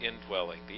indwelling